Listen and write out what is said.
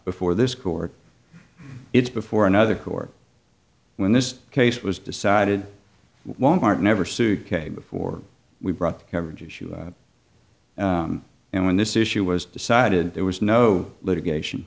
before this court it's before another court when this case was decided wal mart never sued kate before we brought the coverage issue and when this issue was decided there was no litigation